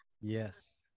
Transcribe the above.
yes